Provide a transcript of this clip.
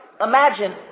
imagine